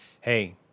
hey